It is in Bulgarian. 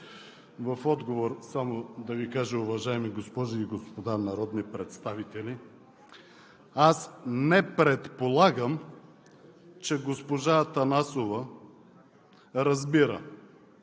В отговор само да Ви кажа, уважаеми госпожи и господа народни представители, аз не предполагам, че госпожа Атанасова разбира